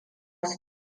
su